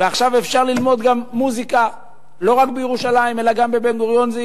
ועכשיו אפשר ללמוד מוזיקה לא רק בירושלים אלא גם בבן-גוריון,